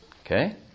Okay